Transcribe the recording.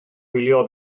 wylio